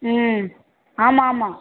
ம் ஆமாம் ஆமாம்